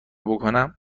بکنم